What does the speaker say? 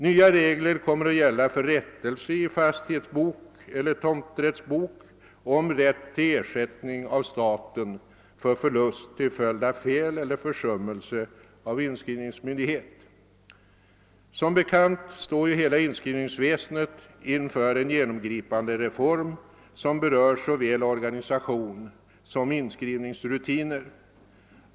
Nya regler kommer att gälla för rättelse i fastighetsbok eller tomträttsbok och om rätt till ersättning av staten för förlust till följd av fel eller försummelse av inskrivningsmyndighet. Som bekant står hela inskrivningsväsendet inför en genomgripande reform som berör såväl organisation som inskrivningsrutiner.